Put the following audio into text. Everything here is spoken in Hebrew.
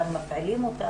מפעילים אותה,